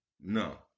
No